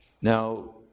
Now